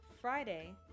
Friday